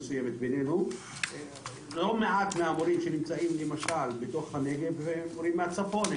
לא מעט מהמורים שנמצאים בנגב מגיעים מהצפון,